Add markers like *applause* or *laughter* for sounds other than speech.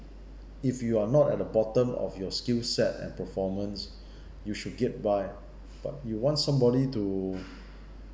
if you are not at the bottom of your skill set and performance *breath* you should get by but you want somebody to